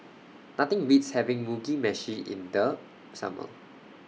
Nothing Beats having Mugi Meshi in The Summer